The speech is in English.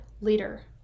leader